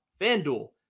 FanDuel